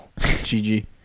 GG